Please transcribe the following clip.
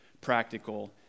practical